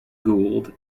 gould